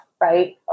right